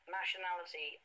nationality